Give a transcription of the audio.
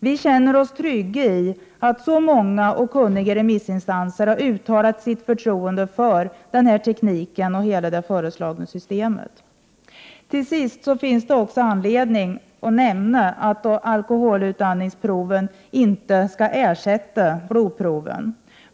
Vi känner oss trygga med att så många och kunniga remissinstanser uttalat sitt förtroende för den här tekniken och hela det föreslagna systemet. Till sist finns det anledning att också nämna att alkoholutandningsproven inte skall ersätta blodproven.